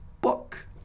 book